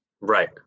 right